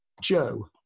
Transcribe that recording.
Joe